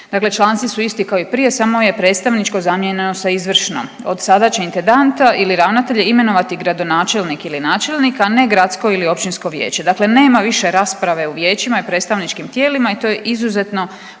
Dakle, članci su isti kao i prije samo je predstavničko zamijenjeno sa izvršno. Od sada će intendanta ili ravnatelja imenovati gradonačelnik ili načelnik, a ne gradsko ili općinsko vijeće. Dakle, nema više rasprave u vijećima i predstavničkim tijelima i to je izuzetno